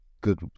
good